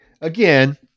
Again